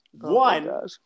One